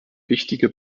wichtige